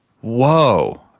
Whoa